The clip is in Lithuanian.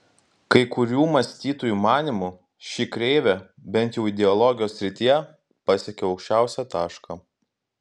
kai kurių mąstytojų manymu ši kreivė bent jau ideologijos srityje pasiekė aukščiausią tašką